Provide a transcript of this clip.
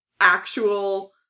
actual